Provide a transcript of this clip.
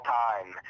time